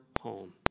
home